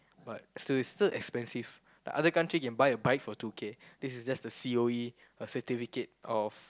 but still it's still expensive the other country can buy a bike for two K this is just the C_O_E a certificate of